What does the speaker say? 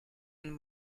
and